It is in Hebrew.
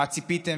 מה ציפיתם?